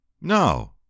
No